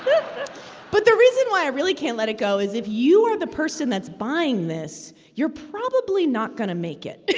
but the reason why i really can't let it go is if you are the person that's buying this, you're probably not going to make it yeah